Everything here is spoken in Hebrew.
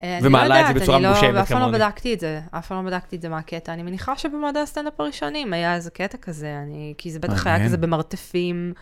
ומעלה את זה בצורה ממוחשבת כמובן. אני לא בדקתי את זה, אף פעם לא בדקתי את זה מהקטע, אני מניחה שבמועדי הסטנדאפ הראשונים היה איזה קטע כזה, כי זה בטח היה כזה במרתפים.